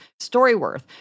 StoryWorth